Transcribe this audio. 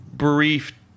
brief